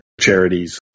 charities